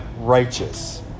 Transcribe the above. righteous